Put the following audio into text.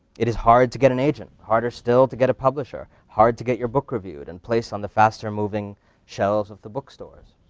it is hard to get an agent, harder still to get a publisher, hard to get your book reviewed and placed on the faster-moving shelves of the bookstores.